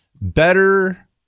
better